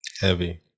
Heavy